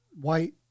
white